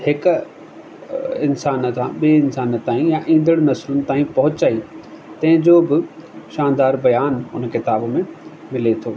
हिकु इंसान तां ॿिए इंसान तांई या ईंदड़ु नसिलुन तांई पहुचाई तंहिंजो बि शानदारु बयानु उन किताब में मिले थो